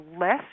less